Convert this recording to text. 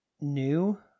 new